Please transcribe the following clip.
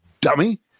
dummy